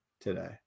today